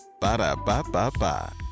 Ba-da-ba-ba-ba